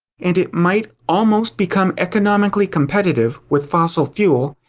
and it might almost become economically competitive with fossil fuel,